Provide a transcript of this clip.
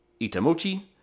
Itamochi